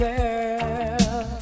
Girl